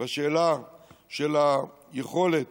והשאלה של היכולת